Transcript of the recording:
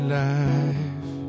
life